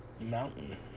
Mountain